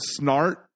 snart